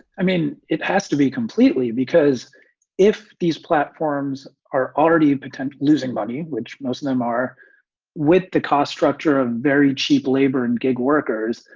i mean, it has to be completely because if these platforms are already losing money, which most of them are with the cost structure of very cheap labor and gig workers,